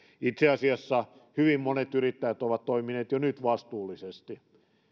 itse asiassa hyvin monet yrittäjät ovat toimineet jo nyt vastuullisesti